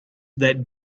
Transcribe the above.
that